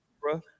bro